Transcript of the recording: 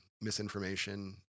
misinformation